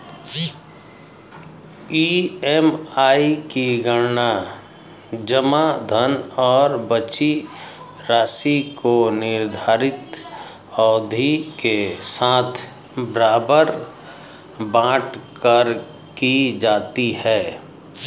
EMI की गणना जमा धन और बची राशि को निर्धारित अवधि के साथ बराबर बाँट कर की जाती है